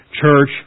church